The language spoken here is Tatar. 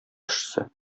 кешесе